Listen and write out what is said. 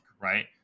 right